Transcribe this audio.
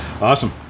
awesome